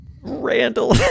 randall